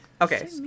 Okay